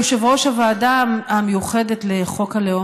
יושב-ראש הוועדה המיוחדת לחוק הלאום,